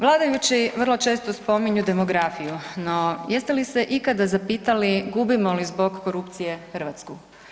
Vladajući vrlo često spominju demografiju, no jeste li se ikada zapitali gubimo li zbog korupcije Hrvatsku?